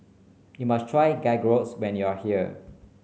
you must try Gyros when you are here